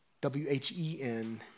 w-h-e-n